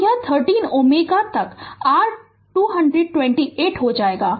तो यह 13Ω तक r 228 हो जाएगा